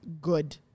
good